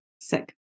Sick